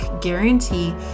guarantee